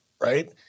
right